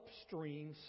upstream